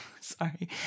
Sorry